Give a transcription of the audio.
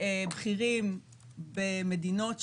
בכירים במדינות,